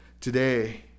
Today